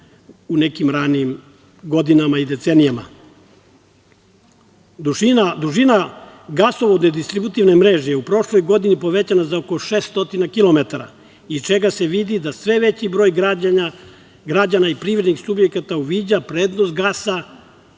u nekim ranijim godinama i decenijama. Dužina gasovodne distributivne mreže je u prošloj godini je povećana za oko 600 kilometara, iz čega se vidi da sve veći broj građana i privrednih subjekata uviđa prednost gasa